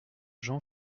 jean